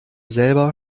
selber